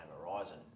Horizon